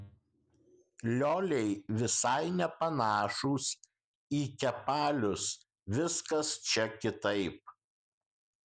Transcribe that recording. lioliai visai nepanašūs į kepalius viskas čia kitaip